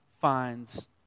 finds